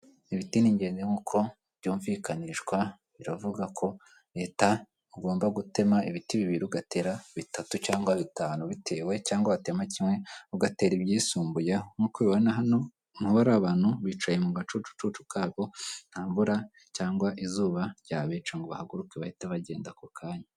Ibiti ni ingenzi nk'uko byumvikanishwa biravuga ko ita ugomba gutema ugatera bitatu cyangwa bitanu bitewe, cyangwa watema kimwe ugatera ibyisumbuyeho. Nk'uko ubibona hano nka bariya bantu bicaye mu gacucucucu kabo ntamvura cyangwa izuba ryabica ngo bahaguruke bahite bagenda ako kanya.